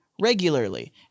regularly